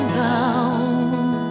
bound